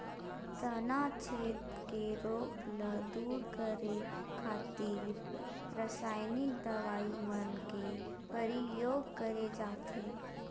तनाछेद के रोग ल दूर करे खातिर रसाइनिक दवई मन के परियोग करे जाथे